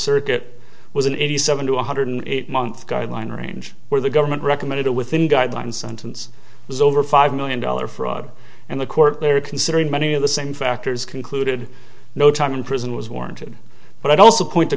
circuit was an eighty seven to one hundred eight month guideline range where the government recommended a within guidelines sentence was over five million dollar fraud and the court they're considering many of the same factors concluded no time in prison was warranted but i'd also point t